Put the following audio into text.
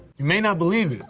you may not believe it,